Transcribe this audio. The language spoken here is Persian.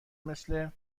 مثل